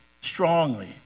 strongly